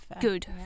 Good